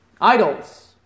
Idols